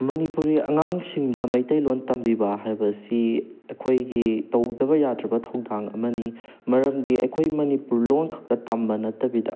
ꯃꯅꯤꯄꯨꯔꯤ ꯑꯉꯥꯡꯁꯤꯡꯗ ꯃꯩꯇꯩꯂꯣꯟ ꯇꯝꯕꯤꯕ ꯍꯥꯏꯕꯁꯤ ꯑꯩꯈꯣꯏꯒꯤ ꯇꯧꯗꯕ ꯌꯥꯗ꯭ꯔꯕ ꯊꯧꯗꯥꯡ ꯑꯃꯅꯤ ꯃꯔꯝꯗꯤ ꯑꯩꯈꯣꯏ ꯃꯅꯤꯄꯨꯔ ꯂꯣꯟꯈꯛꯇ ꯇꯝꯕ ꯅꯠꯇꯕꯤꯗ